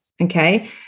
Okay